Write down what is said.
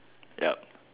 yup